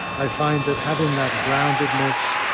i find that having that groundedness,